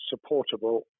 supportable